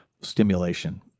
stimulation